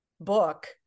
book